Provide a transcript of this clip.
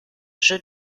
jeu